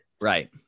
Right